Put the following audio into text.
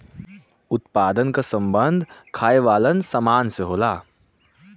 उत्पादन क सम्बन्ध खाये वालन सामान से होला